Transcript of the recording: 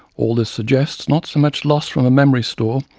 all this suggests not so much loss from a memory store,